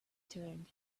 turned